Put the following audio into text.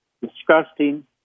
disgusting